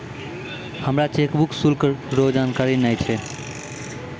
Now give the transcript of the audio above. हमरा चेकबुक शुल्क रो जानकारी नै छै